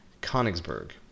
Konigsberg